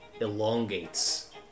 elongates